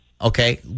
Okay